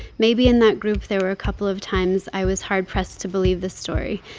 maybe in that group, there were a couple of times i was hard pressed to believe the story.